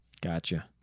Gotcha